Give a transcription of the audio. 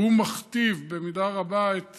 והוא מכתיב במידה רבה את